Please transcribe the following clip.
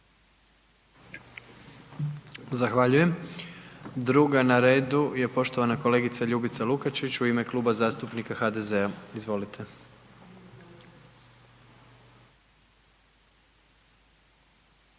Zahvaljujem, druga na redu je poštovana kolegica Ljubica Lukačić u ime Kluba zastupnika HDZ-a, izvolite.